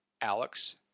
Alex